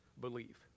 believe